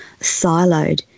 siloed